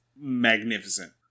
magnificent